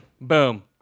Boom